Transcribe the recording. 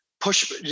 push